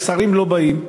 השרים לא באים.